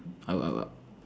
I would I would